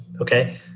Okay